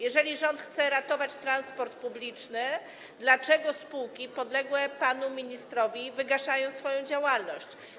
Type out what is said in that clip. Jeżeli rząd chce ratować transport publiczny, to dlaczego spółki podległe panu ministrowi wygaszają swoją działalność?